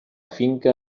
finca